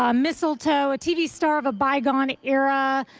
ah mistletoe, ah tv star of a bygone era,